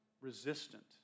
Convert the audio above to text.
resistant